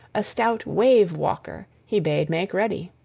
a stout wave-walker he bade make ready.